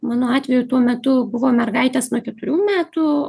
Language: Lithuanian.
mano atveju tuo metu buvo mergaitės nuo keturių metų